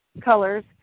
colors